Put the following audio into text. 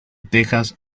texas